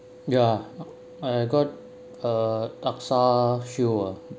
ya I got a lak~ shoe ah